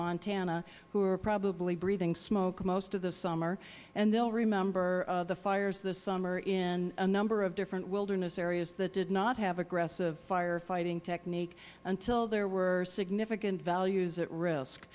montana who was probably breathing smoke most of this summer and they will remember the fires this summer in a number of different wilderness areas that did not have aggressive fire fighting techniques until there were significant values at risk